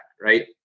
right